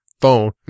phone